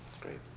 great